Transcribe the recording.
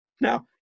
Now